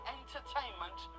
entertainment